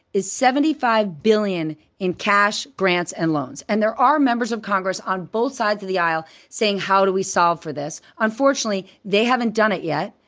is seventy five billion dollars in cash, grants, and loans. and there are members of congress on both sides of the aisle saying, how do we solve for this? unfortunately they haven't done it yet.